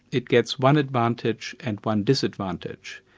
it gets one advantage and one disadvantage.